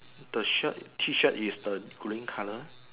the shirt T shirt is the green colour